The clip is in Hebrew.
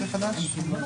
הצבעה